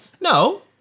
no